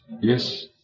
Yes